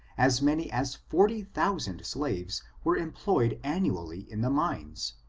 as many as forty thousand slaves were employed an nually in the mines,